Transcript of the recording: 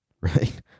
right